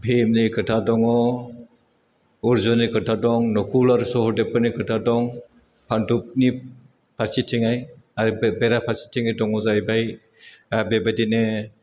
भीमनि खोथा दङ अर्जुननि खोथा दं नकुल आरो सोहदेवफोरनि खोथा दं पानडबनि फारसेथिङै आरो बे बेराफारसेथिङै दङ जाहैबाय बेबायदिनो